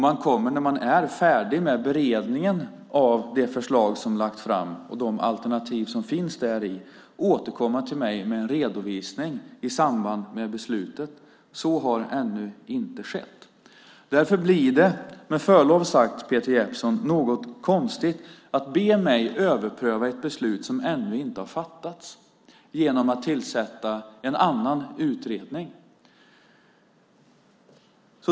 Man kommer när man är färdig med beredningen av det förslag som har lagts fram och de alternativ som finns däri att återkomma till mig med en redovisning i samband med beslutet. Så har ännu inte skett. Det blir med förlov sagt, Peter Jeppsson, något konstigt att be mig överpröva ett beslut som ännu inte har fattats genom att tillsätta en annan utredning.